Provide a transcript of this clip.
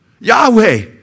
Yahweh